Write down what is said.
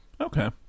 Okay